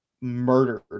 murdered